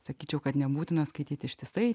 sakyčiau kad nebūtina skaityti ištisai